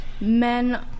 men